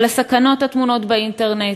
על הסכנות הטמונות באינטרנט.